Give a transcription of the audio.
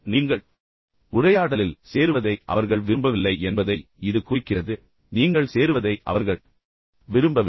எனவே நீங்கள் உரையாடலில் சேருவதை அவர்கள் விரும்பவில்லை என்பதை இது குறிக்கிறது உண்மையில் நீங்கள் சேருவதை அவர்கள் விரும்பவில்லை